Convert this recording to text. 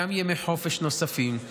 גם ימי חופש נוספים,